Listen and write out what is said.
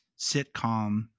sitcom